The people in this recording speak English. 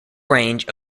range